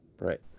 Right